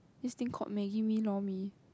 this thing called maggi mee lor-mee